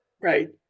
right